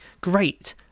great